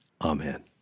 Amen